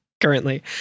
currently